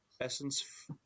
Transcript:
essence